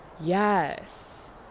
yes